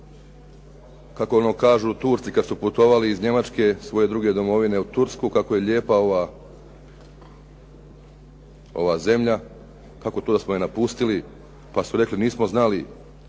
kako ono kažu Turci kad su putovali iz Njemačke, svoje druge domovine u Tursku kako je lijepa ova zemlja, kako to da smo je napustili, pa su rekli nismo znali